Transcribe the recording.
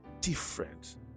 different